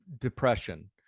depression